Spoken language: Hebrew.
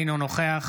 אינו נוכח